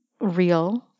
real